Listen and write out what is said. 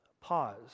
Pause